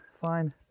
fine